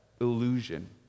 illusion